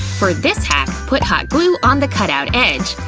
for this hack, put hot glue on the cut out edge.